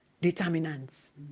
determinants